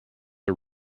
are